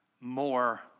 more